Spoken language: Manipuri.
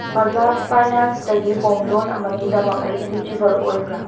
ꯕꯖꯥꯖ ꯐꯥꯏꯅꯥꯟꯁꯇꯒꯤ ꯍꯣꯝ ꯂꯣꯟ ꯑꯃꯒꯤꯗꯃꯛ ꯑꯩ ꯏꯂꯤꯖꯤꯕꯜ ꯑꯣꯏꯕ꯭ꯔꯥ